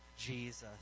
Jesus